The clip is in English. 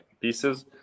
pieces